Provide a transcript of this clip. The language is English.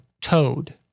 toad